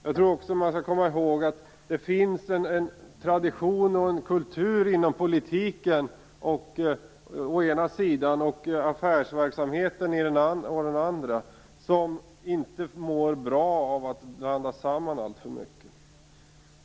Jag tror att man också skall komma ihåg att det finns en tradition och kultur inom politiken å ena sidan och inom affärsverksamheten å andra sidan som inte mår bra av att alltför mycket blandas ihop.